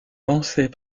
lancées